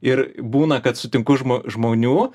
ir būna kad sutinku žmo žmonių